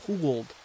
pooled